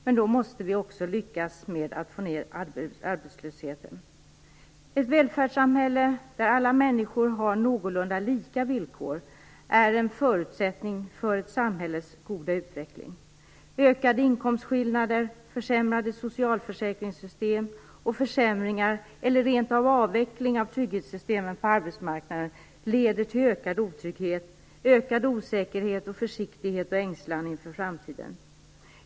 Men då måste vi också lyckas med att få ned arbetslösheten. Ett välfärdssamhälle där alla människor har någorlunda lika villkor är en förutsättning för ett samhälles goda utveckling. Ökade inkomstskillnader, försämrade socialförsäkringssystem och försämringar, eller rent av avveckling, av trygghetssystemen på arbetsmarknaden leder till ökad otrygghet, ökad osäkerhet och försiktighet och ängslan inför framtiden.